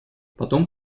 потом